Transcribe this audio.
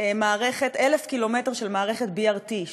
1,000 קילומטר של מערכת BRT,